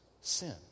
sin